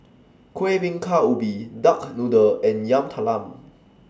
Kueh Bingka Ubi Duck Noodle and Yam Talam